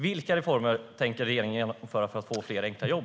Vilka reformer tänker regeringen genomföra för att få fram fler enkla jobb?